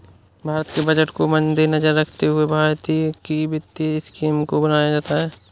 भारत के बजट को मद्देनजर रखते हुए भारत की वित्तीय स्कीम को बनाया जाता है